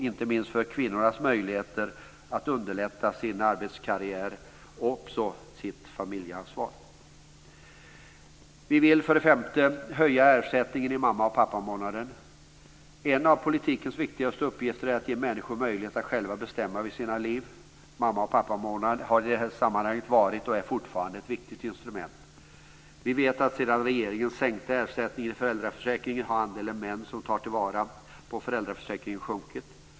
Inte minst förbättras kvinnornas möjligheter att göra arbetskarriär och samtidigt ta sitt familjeansvar. För det femte: Vi vill höja ersättningen vad gäller mamma och pappamånaden. En av politikens viktigaste uppgifter är att ge människor möjlighet att själva bestämma över sina liv. Mamma och pappamånad har i detta sammanhang varit, och är fortfarande, ett viktigt instrument. Vi vet att andelen män som tar till vara föräldraförsäkringen har sjunkit sedan regeringen sänkte ersättningen.